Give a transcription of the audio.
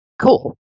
Cool